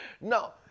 Now